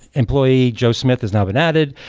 employee joe smith has now been added.